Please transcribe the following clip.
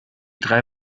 drei